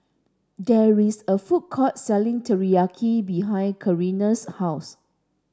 there is a food court selling Teriyaki behind Catrina's house